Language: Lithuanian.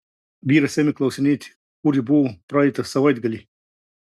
vyras ėmė klausinėti kur ji buvo praeitą savaitgalį